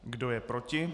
Kdo je proti?